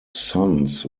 sons